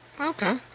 Okay